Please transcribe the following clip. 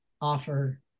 offer